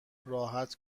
راحت